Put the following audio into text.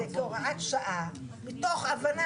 זה סיפור מאוד עמוק ומאוד מאוד מרגש.